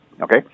Okay